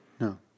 No